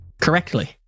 correctly